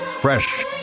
Fresh